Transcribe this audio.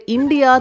India